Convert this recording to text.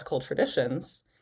traditions